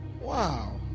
Wow